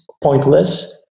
pointless